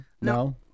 No